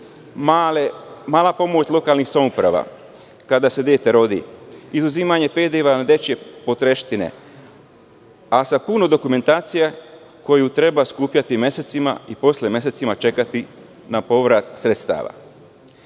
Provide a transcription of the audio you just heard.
Mala pomoć lokalnih samouprava kada se dete rodi, izuzimanje PDV-a na dečije potrepštine, a sa puno dokumentacije koju treba skupljati mesecima, i posle mesecima čekati na povraćaj